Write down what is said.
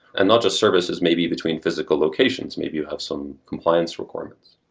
and not just services maybe between physical locations, maybe you have some compliance requirements.